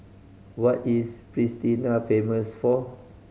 what is Pristina famous for